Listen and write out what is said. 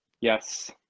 yes